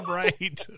right